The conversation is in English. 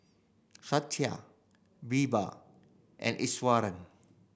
Satya Birbal and Iswaran